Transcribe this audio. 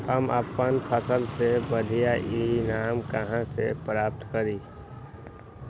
हम अपन फसल से बढ़िया ईनाम कहाँ से प्राप्त करी?